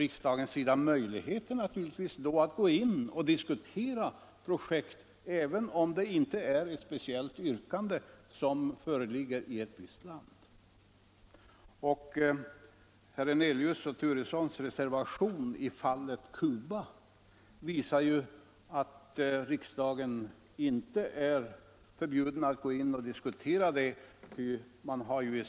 Riksdagen har naturligtvis då möjlighet att diskutera projekten, även om det inte föreligger något speciellt yrkande om ett visst land. Herr Hernelius och herr Turessons reservation i fallet Cuba visar ju att riksdagen inte är förbjuden att diskutera dessa ting.